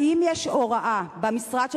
האם יש הוראה במשרד שלך?